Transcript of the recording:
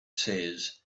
says